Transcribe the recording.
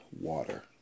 water